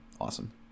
awesome